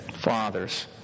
Fathers